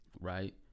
right